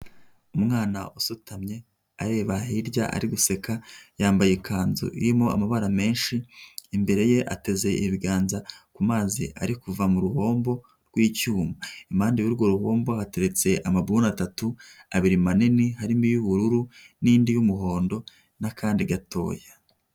Umwana usutamye areba hirya ari guseka yambaye ikanzu irimo amabara menshi, imbere ye ateze ibiganza ku mazi ari kuva mu ruhombo rw'icyuma, impande y'urwo rubombo hateretse amabuni atatu, abiri manini harimo iy'ubururu n'indi y'umuhondo n'akandi gatoya.